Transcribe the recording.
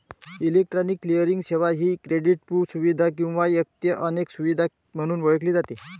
electronic clearing सेवा ही क्रेडिटपू सुविधा किंवा एक ते अनेक सुविधा म्हणून ओळखली जाते